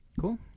cool